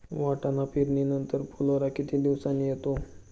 वाटाणा पेरणी नंतर फुलोरा किती दिवसांनी येतो?